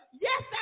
Yes